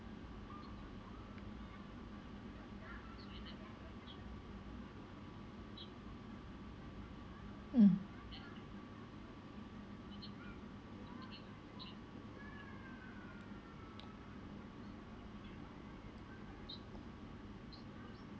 mm